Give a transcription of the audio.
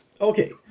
Okay